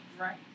Right